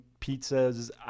pizzas